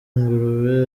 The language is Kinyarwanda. ngurube